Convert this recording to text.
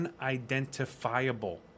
unidentifiable